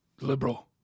Liberal